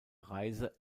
reise